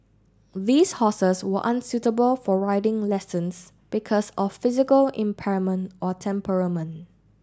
these horses were unsuitable for riding lessons because of physical impairment or temperament